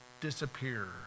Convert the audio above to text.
disappear